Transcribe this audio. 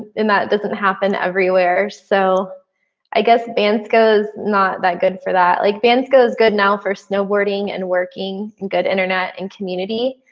and that doesn't happen everywhere so i guess bansko is not that good for that. like bansko is good now for snowboarding and working and good internet and community,